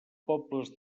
pobles